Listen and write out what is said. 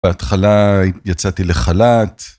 בהתחלה יצאתי לחלת.